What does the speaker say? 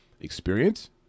experience